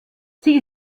sie